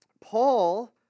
Paul